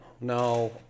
no